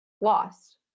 lost